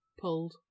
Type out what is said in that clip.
pulled